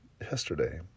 yesterday